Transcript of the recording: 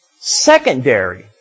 Secondary